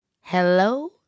Hello